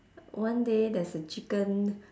one day there's a chicken